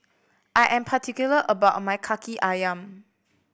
I am particular about my Kaki Ayam